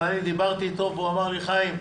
אבל דיברתי איתו והוא אמר לי: חיים,